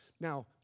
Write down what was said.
Now